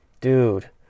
dude